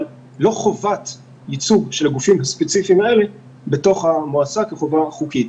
אבל לא חובת ייצוג של הגופים הספציפיים האלה בתוך המועצה כחובה חוקית.